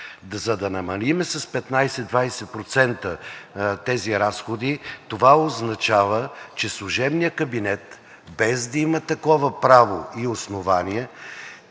За да намалим с 15 – 20% тези разходи, това означава, че служебният кабинет, без да има такова право и основание,